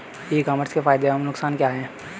ई commerce के फायदे एवं नुकसान क्या हैं?